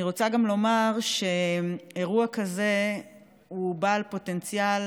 אני רוצה גם לומר שאירוע כזה הוא בעל פוטנציאל